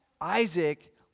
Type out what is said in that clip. Isaac